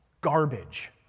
garbage